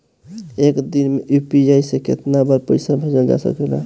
एक दिन में यू.पी.आई से केतना बार पइसा भेजल जा सकेला?